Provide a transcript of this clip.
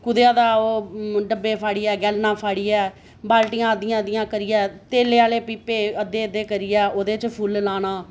कुतेआ दा ओह् डब्बे फाड़ियै गैलनां फाड़ियै बालटियां अद्धियां अद्धियां करियै तेले आह्ले पीपे अद्धे् अद्धे करियै ओह्दे च फुल्ल लाना